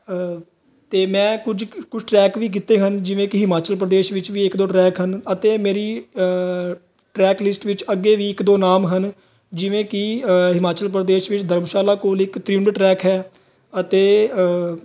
ਅਤੇ ਮੈਂ ਕੁਝ ਕੁਝ ਟਰੈਕ ਵੀ ਕੀਤੇ ਹਨ ਜਿਵੇਂ ਕਿ ਹਿਮਾਚਲ ਪ੍ਰਦੇਸ਼ ਵਿੱਚ ਵੀ ਇੱਕ ਦੋ ਟਰੈਕ ਹਨ ਅਤੇ ਮੇਰੀ ਟਰੈਕ ਲਿਸਟ ਵਿੱਚ ਅੱਗੇ ਵੀ ਇੱਕ ਦੋ ਨਾਮ ਹਨ ਜਿਵੇਂ ਕਿ ਹਿਮਾਚਲ ਪ੍ਰਦੇਸ਼ ਵਿੱਚ ਧਰਮਸ਼ਾਲਾ ਕੋਲ ਇੱਕ ਤ੍ਰਿਉਂਡ ਟਰੈਕ ਹੈ ਅਤੇ